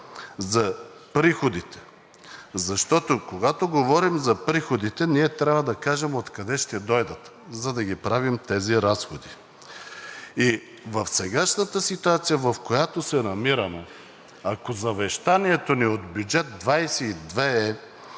за приходите. Защото, когато говорим за приходите, ние трябва да кажем откъде ще дойдат, за да правим тези разходи. В сегашната ситуация, в която се намираме, ако завещанието ни от бюджет 2022 е